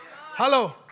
Hello